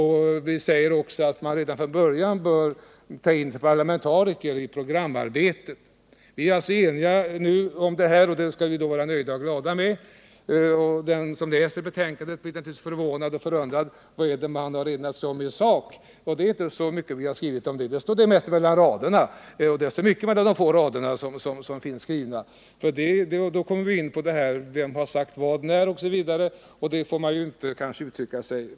Vi säger också att man redan från början bör ta in parlamentariker i programarbetet. Vi är alltså eniga, och därför skall vi vara nöjda och glada. Den som läser betänkandet blir naturligtvis förvånad och frågar sig vad man har enats om i sak. Det står inte så mycket skrivet om detta, utan det mesta kan läsas mellan raderna. Då kommer vi in på vem som har sagt vad och när det har sagts, osv.